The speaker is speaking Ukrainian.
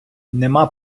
нема